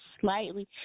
slightly